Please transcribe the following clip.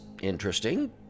interesting